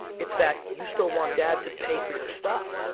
it's that you still want dad to pay for your stuff.